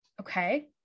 Okay